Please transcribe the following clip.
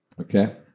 Okay